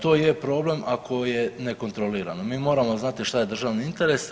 To je problem ako je nekontrolirano, mi moramo znati šta je državni interes.